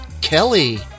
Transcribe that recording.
Kelly